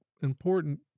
important